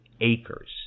acres